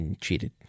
Cheated